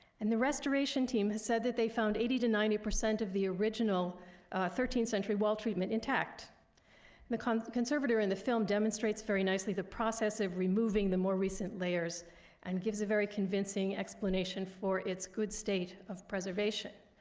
and the restoration team has said that they found eighty percent to ninety percent of the original thirteenth century wall treatment intact. and the kind of conservator in the film demonstrates very nicely the process of removing the more recent layers and gives a very convincing explanation for its good state of preservation.